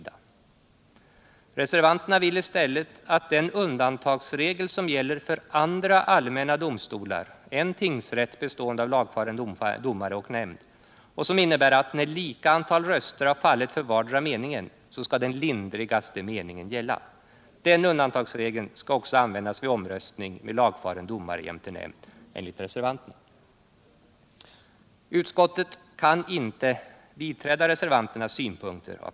De vill i stället att den undantagsregel som gäller för andra allmänna domstolar än tingsrätt bestående av lagfaren domare och nämnd — och som innebär att när lika antal röster har fallit för vardera meningen skall den lindrigaste meningen gälla — också skall användas vid omröstning med lagfaren domare jämte nämnd. Utskottet kan av flera skäl inte biträda reservanternas synpunkter.